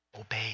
Obey